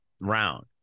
round